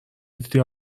دیدی